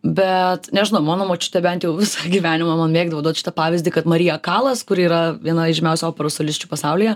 bet nežinau mano močiutė bent jau visą gyvenimą mėgdavo duot šitą pavyzdį kad marija kalas kuri yra viena žymiausių operos solisčių pasaulyje